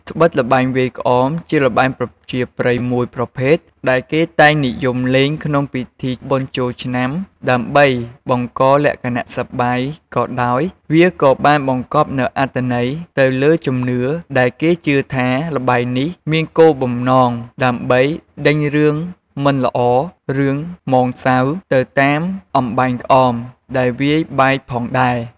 ត្បិតល្បែងវាយក្អម ជាល្បែងប្រជាប្រិយមួយប្រភេទដែលគេតែងនិយមលេងក្នុងពិធីបុណ្យចូលឆ្នាំ ដើម្បីបង្កលក្ខណៈសប្បាយក៏ដោយ វាក៏បានបង្គប់នូវអត្ថន័យទៅលើជំនឿ ដែលគេជឿថា ល្បែងនេះ មានគោលបំណងដើម្បីដេញរឿងមិនល្អ រឿងហ្មងសៅ ទៅតាមអំបែងក្អមដែលវាយបែកផងដែរ។